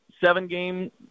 seven-game